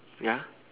ya